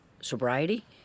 sobriety